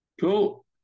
Cool